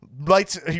lights